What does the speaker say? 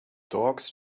dogs